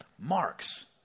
Mark's